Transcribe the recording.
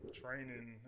training